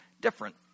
different